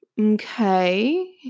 okay